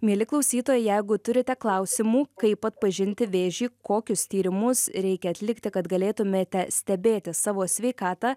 mieli klausytojai jeigu turite klausimų kaip atpažinti vėžį kokius tyrimus reikia atlikti kad galėtumėte stebėti savo sveikatą